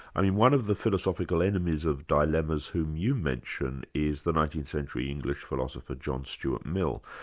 i mean, one of the philosophical enemies of dilemmas whom you mentioned is the nineteenth century english philosopher john stuart mill.